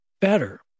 better